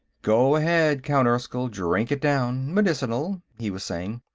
go ahead, count erskyll drink it down. medicinal, he was saying.